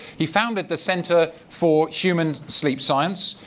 he founded the center for human sleep science.